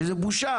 שזה בושה,